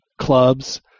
clubs